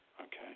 okay